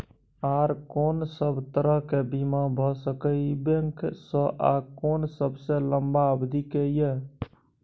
आर कोन सब तरह के बीमा भ सके इ बैंक स आ कोन सबसे लंबा अवधि के ये?